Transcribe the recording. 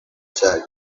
said